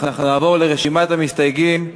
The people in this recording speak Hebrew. אנחנו נעבור לרשימת המסתייגים.